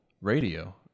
radio